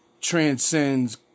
transcends